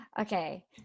Okay